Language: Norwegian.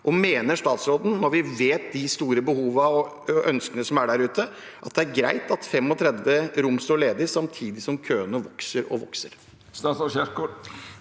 Mener statsråden, når vi vet hvor store behovene er, og når vi kjenner ønskene som er der ute, at det er greit at 35 rom står ledige samtidig som køene vokser og vokser?